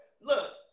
Look